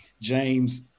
James